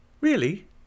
really